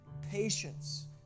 patience